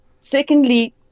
Secondly